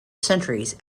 centuries